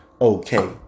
okay